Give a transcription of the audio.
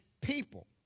people